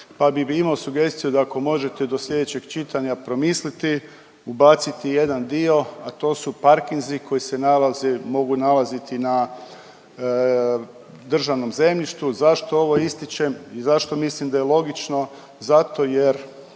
pa bi imao sugestiju, da ako možete do sljedećeg čitanja promisliti, ubaciti jedan dio, a to su parkinzi koji se nalaze, mogu nalaziti na državnom zemljištu. Zašto ovo ističem i zašto mislim da je logično? Zato jer